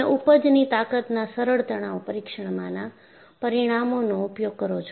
તમે ઊપજની તાકતના સરળ તણાવ પરીક્ષણમાંના પરિણામનો ઉપયોગ કરો છો